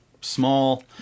small